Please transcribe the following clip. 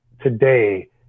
today